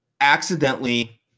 accidentally